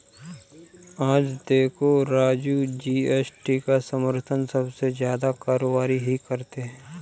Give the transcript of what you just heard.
आज देखो राजू जी.एस.टी का समर्थन सबसे ज्यादा कारोबारी ही करते हैं